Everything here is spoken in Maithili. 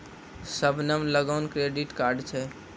शबनम लगां क्रेडिट कार्ड छै